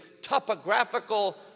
topographical